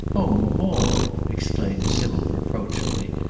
oh, maude! exclaimed sybil reproachfully,